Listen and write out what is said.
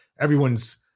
everyone's